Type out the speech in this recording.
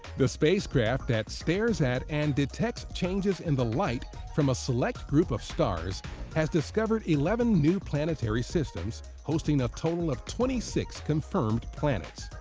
the spacecraft that stares at and detects changes in the light from a select group of stars has discovered eleven new planetary systems hosting a total of twenty six confirmed planets.